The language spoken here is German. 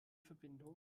verbindung